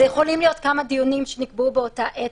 אבל יכולים להיות כמה דיונים שנקבעו באותה עת,